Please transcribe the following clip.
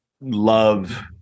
love